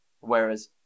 Whereas